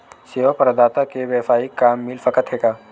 सेवा प्रदाता के वेवसायिक काम मिल सकत हे का?